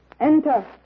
Enter